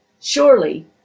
Surely